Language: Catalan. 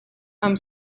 amb